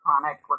chronic